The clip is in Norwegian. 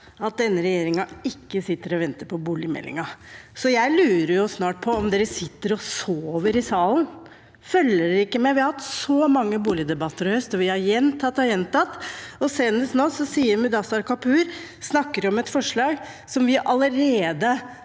at denne regjeringen ikke sitter og venter på boligmeldingen, så jeg lurer snart på om man sitter og sover i salen. Følger man ikke med? Vi har hatt så mange boligdebatter i høst, og vi har gjentatt og gjentatt det. Senest nå snakket Mudassar Kapur om et forslag vi allerede